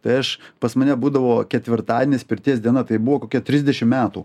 tai aš pas mane būdavo ketvirtadienis pirties diena tai buvo kokia trisdešim metų